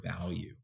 value